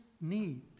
need